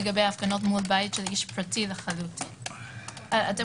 לגבי קיסריה ורעננה --- לא,